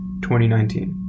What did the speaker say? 2019